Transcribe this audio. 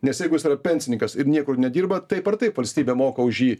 nes jeigu jis yra pensininkas ir niekur nedirba taip ar taip valstybė moka už jį